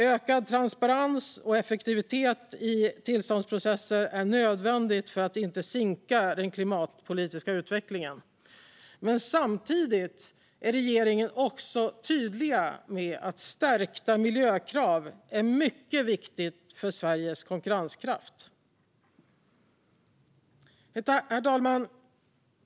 Ökad transparens och effektivitet i tillståndsprocesser är nödvändiga för att inte sinka den klimatpolitiska utvecklingen. Men samtidigt är regeringen också tydlig med att stärkta miljökrav är mycket viktiga för Sveriges konkurrenskraft. Herr talman!